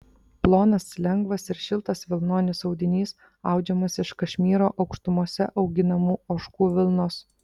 plonas lengvas ir šiltas vilnonis audinys audžiamas iš kašmyro aukštumose auginamų ožkų vilnos